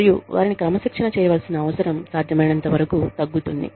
మరియు వారిని క్రమశిక్షణ చేయవలసిన అవసరం సాధ్యమైనంతవరకు తగ్గుతుంది